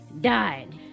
died